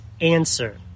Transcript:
answer